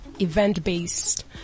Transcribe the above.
event-based